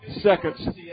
seconds